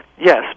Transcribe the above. Yes